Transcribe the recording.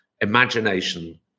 imagination